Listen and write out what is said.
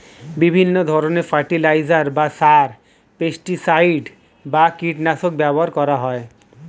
বিভিন্ন ধরণের ফার্টিলাইজার বা সার, পেস্টিসাইড বা কীটনাশক ব্যবহার করা হয়